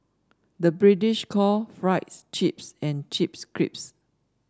the British call fries chips and chips crisps